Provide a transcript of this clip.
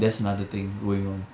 that's another thing going on